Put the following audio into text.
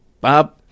Bob